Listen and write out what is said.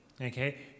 okay